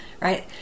right